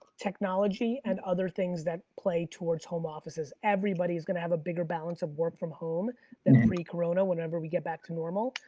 technology and other things that play towards home offices, everybody is gonna have a bigger balance of work from home than pre-corona whenever we get back to normal.